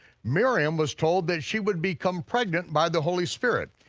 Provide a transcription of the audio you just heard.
miriam was told that she would become pregnant by the holy spirit.